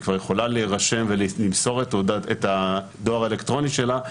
והיא כבר יכולה להירשם ולמסור את הדואר האלקטרוני שלה,